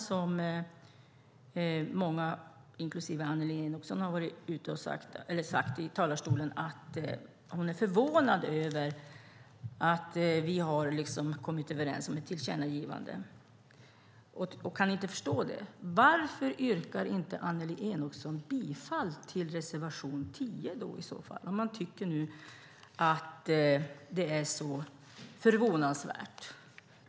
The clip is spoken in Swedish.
Där har många, inklusive Annelie Enochson, från talarstolen sagt att de är förvånade över att vi kommit överens om ett tillkännagivande och kan inte förstå det. Varför yrkar då inte Annelie Enochson bifall till reservation 10, om hon tycker att det är så förvånansvärt?